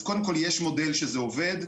אז קודם כל, יש מודל שזה עובד.